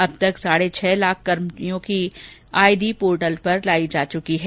अब तक साढ़े छह लाख कर्मचारियों की आईडी पोर्टल पर लाई जा चुकी है